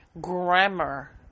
grammar